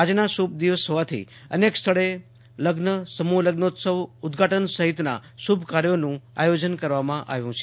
આજે શુભ દિવસ જ઼ોવાથી અનેક સ્થળે લઝ્નસમુફ લઝ્ન ઉદઘાટન સફિતના શુભ કાર્યોનું આયોજન કરવામાં આવ્યુ છે